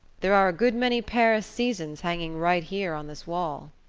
there are a good many paris seasons hanging right here on this wall.